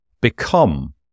become